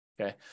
Okay